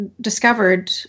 discovered